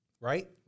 Right